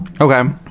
Okay